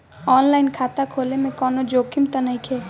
आन line खाता खोले में कौनो जोखिम त नइखे?